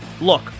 Look